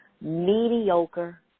mediocre